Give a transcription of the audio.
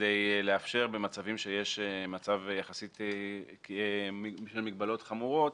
כדי לאפשר במצבים שיש בהם מגבלות חמורות